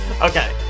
okay